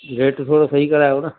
rate थोरो सही करायो न